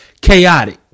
chaotic